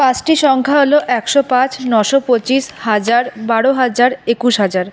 পাঁচটি সংখ্যা হল একশো পাঁচ নশো পঁচিশ হাজার বারো হাজার একুশ হাজার